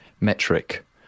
metric